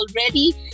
already